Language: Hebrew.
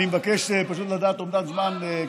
אני מבקש פשוט לדעת אומדן זמן,